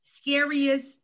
scariest